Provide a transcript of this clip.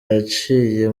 yaciye